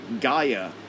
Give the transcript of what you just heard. Gaia